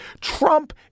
Trump